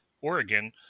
Oregon